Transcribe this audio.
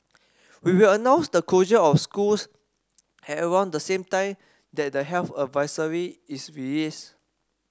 we will announce the closure of schools at around the same time that the health advisory is released